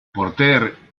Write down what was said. porter